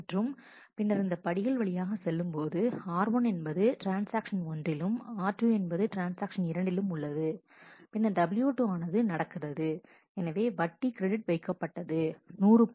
மற்றும் பின்னர் இந்த படிகள் வழியாக செல்லும்போது r1 என்பது ட்ரான்ஸ்ஆக்ஷன் ஒன்றிலும் r2 என்பது ட்ரான்ஸ்ஆக்ஷன் இரண்டிலும் உள்ளது பின்னர் W2 ஆனது நடக்கிறது எனவே வட்டி கிரெடிட்வைக்கப்பட்டது 100